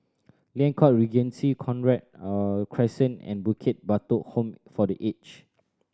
Liang Court Regency Cochrane Crescent and Bukit Batok Home for The Aged